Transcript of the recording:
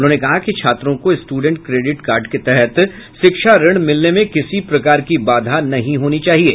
उन्होंने कहा कि छात्रों को स्ट्रेडेंट क्रेडिट कार्ड के तहत शिक्षा ऋण मिलने में किसी प्रकार की बाधा नहीं होनी चाहिये